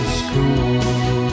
school